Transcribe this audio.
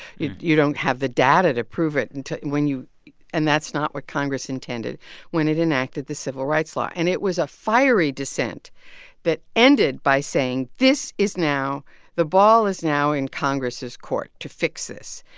you you don't have the data to prove it, and when you and that's not what congress intended when it enacted the civil rights law, and it was a fiery dissent that ended by saying, this is now the ball is now in congress's court to fix this.